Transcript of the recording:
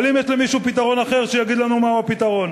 אבל אם יש למישהו פתרון אחר, יגיד לנו מהו הפתרון.